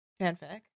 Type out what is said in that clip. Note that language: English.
fanfic